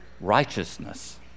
righteousness